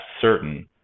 certain